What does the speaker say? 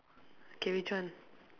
K which one